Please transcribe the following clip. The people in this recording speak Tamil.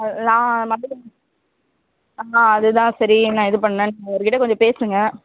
நான் ஆ அதுதான் சரி என்ன இது பண்ணேன்னு நீங்கள் அவருக்கிட்டே கொஞ்சம் பேசுங்கள்